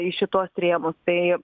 į šituos rėmus tai